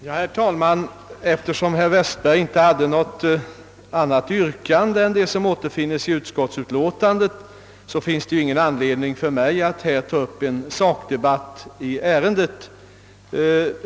Herr talman! Eftersom herr Westberg inte hade något annat yrkande än det som återfinns i utskottsutlåtandet finns ingen anledning för mig att här ta upp en sakdebatt i ärendet.